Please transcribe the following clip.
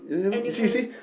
and you can